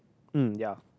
mm ya